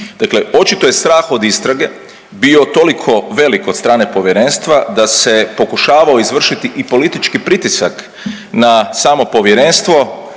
Dakle, očito je strah od istrage bio toliko velik od strane povjerenstva da se pokušavao izvršiti i politički pritisak na samo povjerenstvo.